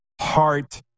heart